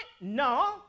No